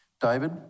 David